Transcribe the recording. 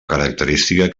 característica